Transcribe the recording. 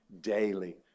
daily